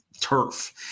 turf